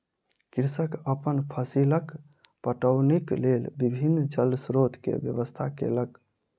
कृषक अपन फसीलक पटौनीक लेल विभिन्न जल स्रोत के व्यवस्था केलक